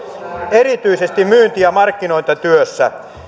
erityisesti myynti ja markkinointityössä